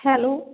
hello